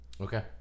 Okay